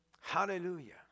Hallelujah